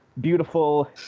Beautiful